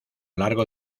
largo